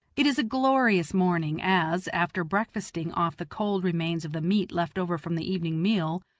it is a glorious morning as, after breakfasting off the cold remains of the meat left over from the evening meal,